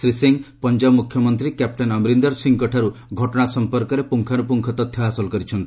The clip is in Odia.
ଶ୍ରୀ ସିଂ ପଞ୍ଜାବ ମୁଖ୍ୟମନ୍ତ୍ରୀ କ୍ୟାପ୍ଟେନ୍ ଅମରିନ୍ଦର୍ ସିଂଙ୍କଠାରୁ ଘଟଣା ସମ୍ପର୍କରେ ପୁଙ୍ଗାନୁପୁଙ୍ଗ ତଥ୍ୟ ହାସଲ କରିଛନ୍ତି